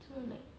so like